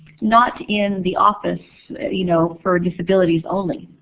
not in the office you know for disabilities only.